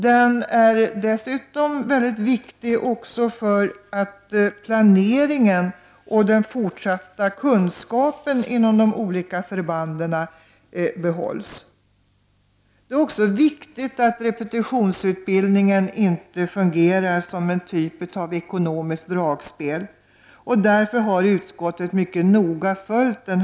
Den är dessutom mycket viktig för att behålla planeringen och den fortsatta kunskapen inom de olika förbanden. Det är också viktigt att repetitionsutbildningen inte fungerar som en typ av ekonomiskt dragspel, och därför har utskottet mycket noga följt den.